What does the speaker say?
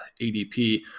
ADP